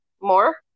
more